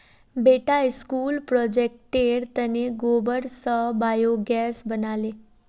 बेटा स्कूल प्रोजेक्टेर तने गोबर स बायोगैस बना ले